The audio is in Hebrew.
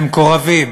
למקורבים,